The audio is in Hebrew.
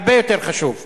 הרבה יותר חשוב.